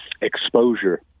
exposure